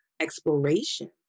exploration